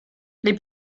les